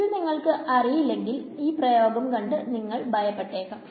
ഇത് നിങ്ങൾക്ക് അറിയില്ലെങ്കിൽ ഈ പ്രയോഗം കണ്ട് നിങ്ങൾ ഭയപ്പെട്ടേക്കാം